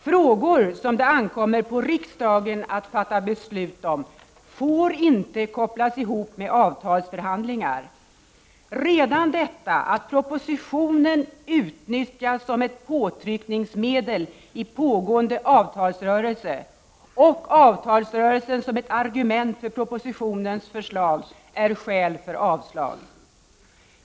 Frågor som det ankommer på riksdagen att fatta beslut om får inte kopplas samman med avtalsförhandlingar. Redan detta att propositionen utnyttjas som ett påtryckningsmedel i pågående avtalsrörelse och avtalsrörelsen som ett argument för propositionens förslag är skäl för avslag.